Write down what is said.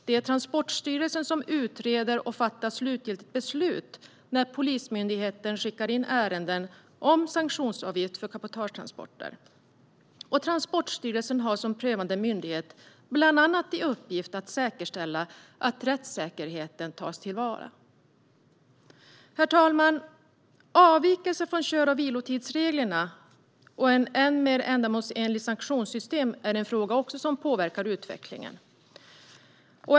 Det är Transportstyrelsen som utreder och fattar slutgiltigt beslut när Polismyndigheten skickar in ärenden om sanktionsavgift för cabotagetransporter. Transportstyrelsen har som prövande myndighet bland annat i uppgift att säkerställa att rättssäkerheten tas till vara. Herr ålderspresident! Avvikelser från kör och vilotidsreglerna och ett mer ändamålsenligt sanktionssystem är också något som påverkar utvecklingen.